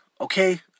okay